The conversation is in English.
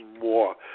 more